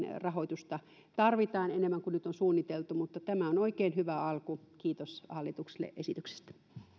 rahoitusta tarvitaan enemmän kuin nyt on suunniteltu mutta tämä on oikein hyvä alku kiitos hallitukselle esityksestä